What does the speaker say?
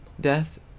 Death